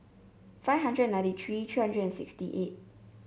five hundred and ninety three three hundred and sixty eight